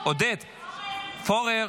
עודד פורר,